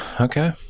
okay